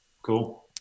Cool